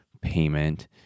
payment